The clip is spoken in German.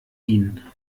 ihnen